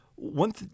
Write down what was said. One